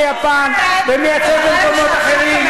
מייצאת ליפן ומייצאת למקומות אחרים ועושה,